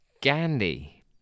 Gandhi